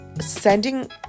sending